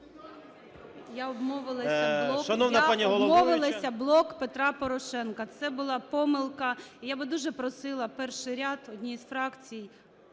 Я обмовилася, "Блок Петра Порошенка". Це була помилка. Я би дуже просила перший ряд, одній із фракцій